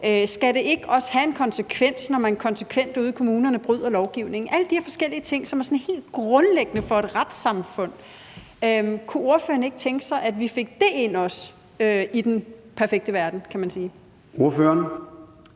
Skal det ikke også have en konsekvens, når man konsekvent ude i kommunerne bryder lovgivningen? Alle de her forskellige ting er sådan helt grundlæggende for et retssamfund. Kunne ordføreren ikke tænke sig, at vi også fik det med ind, altså i den perfekte verden, kan man sige? Kl.